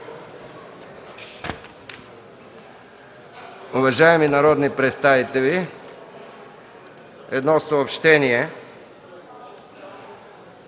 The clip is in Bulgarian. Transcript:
Уважаеми народни представители, едно съобщение.